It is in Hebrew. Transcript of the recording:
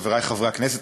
חברי חברי הכנסת,